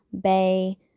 bay